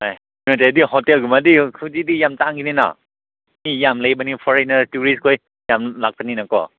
ꯍꯣꯏ ꯍꯣꯇꯦꯜꯒꯨꯝꯕꯗꯤ ꯍꯧꯖꯤꯛꯇꯤ ꯌꯥꯝ ꯇꯥꯡꯒꯅꯤꯅ ꯃꯤ ꯌꯥꯝ ꯂꯩꯕꯅꯤ ꯐꯣꯔꯦꯅꯔ ꯇꯨꯔꯤꯁ ꯈꯣꯏ ꯌꯥꯝ ꯂꯥꯛꯄꯅꯤꯅꯀꯣ